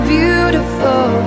beautiful